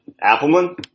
Appleman